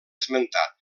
esmentat